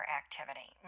activity